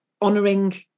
honoring